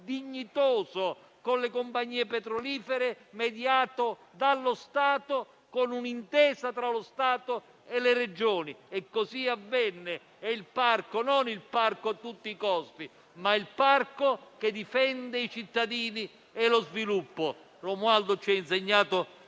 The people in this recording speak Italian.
dignitoso con le compagnie petrolifere, mediato dallo Stato con un'intesa con le Regioni. E così avvenne. Quanto al parco, non il parco a tutti i costi, ma quello che difende i cittadini e lo sviluppo. Romualdo ci ha insegnato